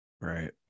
Right